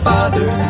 Father